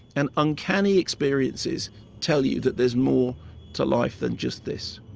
and uncanny experiences tell you that there's more to life than just this